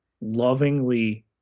lovingly